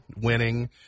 winning